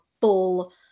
full